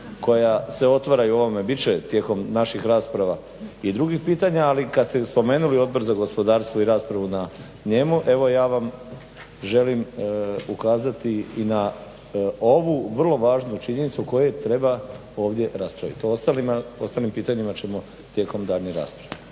koja se otvaraju o ovome. Bit će tijekom naših rasprava i drugih pitanja, ali kad ste spomenuli Odbor za gospodarstvo i raspravu na njemu, evo ja vam želim ukazati i na ovu vrlo važnu činjenicu koju treba ovdje raspraviti. O ostalim pitanjima ćemo tijekom daljnje rasprave.